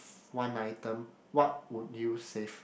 one item what would you save